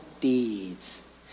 deeds